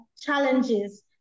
challenges